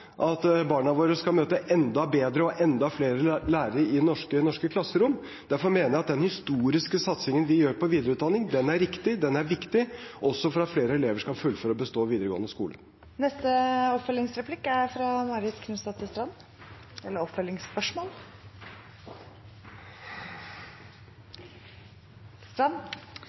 at barna våre skal møte enda bedre og enda flere lærere i norske klasserom. Derfor mener jeg at den historiske satsingen vi har på videreutdanning, er riktig og viktig, også for at flere elever skal fullføre og bestå videregående skole. Marit Knutsdatter Strand – til oppfølgingsspørsmål. Det er